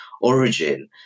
origin